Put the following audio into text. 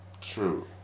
True